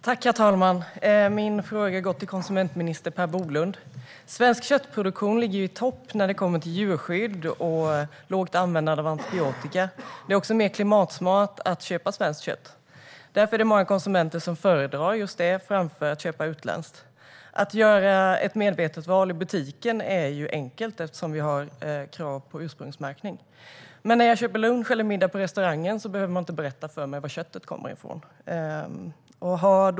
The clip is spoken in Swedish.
Herr talman! Min fråga går till konsumentminister Per Bolund. Svensk köttproduktion ligger i topp när det gäller djurskydd och lågt användande av antibiotika. Det är också mer klimatsmart att köpa svenskt kött. Därför är det många konsumenter som föredrar just detta framför att köpa utländskt. Att göra ett medvetet val i butiken är enkelt eftersom vi har krav på ursprungsmärkning. Men när jag köper lunch eller middag på restaurang behöver man inte berätta för mig var köttet kommer ifrån.